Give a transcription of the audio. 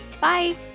bye